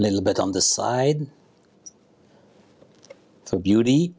little bit on the side so beauty